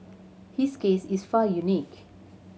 his case is far unique